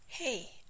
Hey